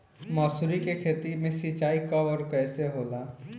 मसुरी के खेती में सिंचाई कब और कैसे होला?